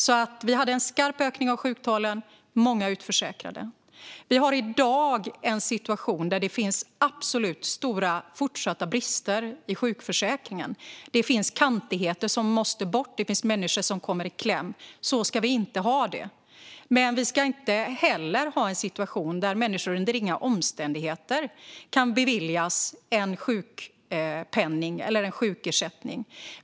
Vi hade alltså en skarp ökning av sjuktalen och många utförsäkrade. Vi har i dag en situation där det absolut fortfarande finns stora brister i sjukförsäkringen. Det finns kantigheter som måste bort, och det finns människor som kommer i kläm. Så ska vi inte ha det. Men vi ska inte heller ha en situation där människor inte under några omständigheter kan beviljas en sjukpenning eller en sjukersättning.